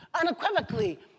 unequivocally